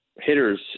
hitters